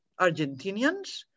Argentinians